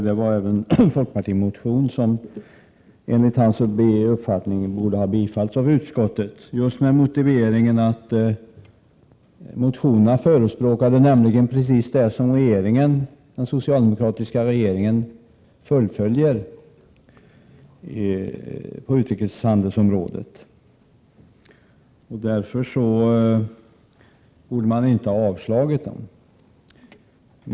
Det var även en folkpartimotion som enligt hans uppfattning borde ha biträtts av utskottet, med motiveringen att det i motionerna förespråkades just det som den socialdemokratiska regeringen fullföljer på utrikeshandelsområdet. Därför borde de inte avslås, menade han.